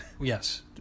Yes